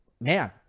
man